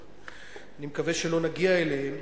אני מקווה שלא נגיע אליהם,